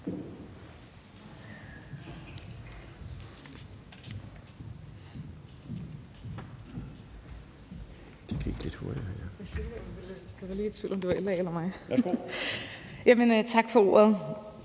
Tak for ordet.